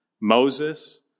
Moses